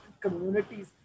communities